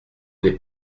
n’est